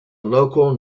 local